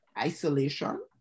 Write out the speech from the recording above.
isolation